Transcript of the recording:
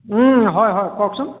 হয় হয় কওকচোন